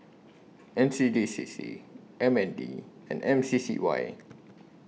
N C D C C M N D and M C C Y